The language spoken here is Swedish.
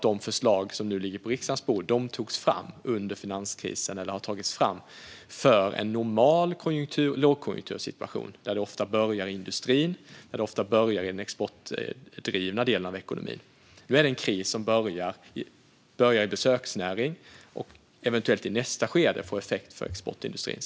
De förslag som nu ligger på riksdagens bord togs fram under finanskrisen eller för en normal lågkonjunktursituation, där det ofta börjar i industrin eller i den exportdrivna delen av ekonomin. Nu är det en kris som börjar i besöksnäringen och som eventuellt i nästa skede får effekt för exportindustrin.